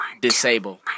disable